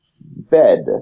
bed